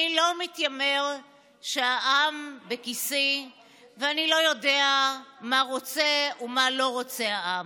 "אני לא מתיימר שהעם בכיסי ואני לא יודע מה רוצה ומה לא רוצה העם.